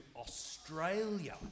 Australia